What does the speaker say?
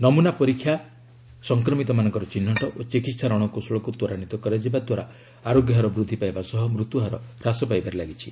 ନମୂନା ପରୀକ୍ଷା ସଂକ୍ରମିତମାନଙ୍କର ଚିହ୍ନଟ ଓ ଚିକିତ୍ସା ରଣକୌଶଳକୁ ତ୍ୱରାନ୍ୱିତ କରାଯିବା ଦ୍ୱାରା ଆରୋଗ୍ୟହାର ବୃଦ୍ଧି ପାଇବା ସହ ମୃତ୍ୟୁହାର ହ୍ରାସ ପାଇବାରେ ଲାଗିଛି